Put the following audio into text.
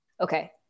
Okay